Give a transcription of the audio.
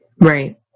right